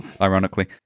Ironically